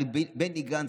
על בני גנץ,